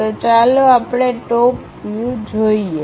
તો ચાલો આપણે ટોપ વ્યુ જોઈએ